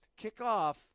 kickoff